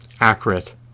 accurate